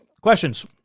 Questions